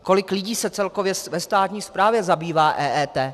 Kolik lidí se celkově ve státní správě zabývá EET?